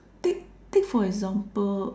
take take for example